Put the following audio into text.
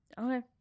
Okay